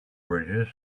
bridges